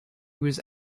was